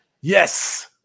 Yes